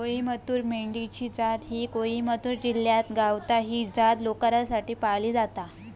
कोईमतूर मेंढी ची जात ही कोईमतूर जिल्ह्यातच गावता, ही जात लोकरीसाठी पाळली जाता